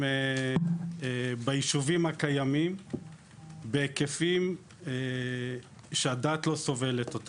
פיראטיים ביישובים הקיימים בהיקפים שהדעת לא סובלת.